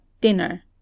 dinner